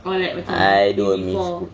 I don't miss school